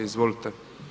Izvolite.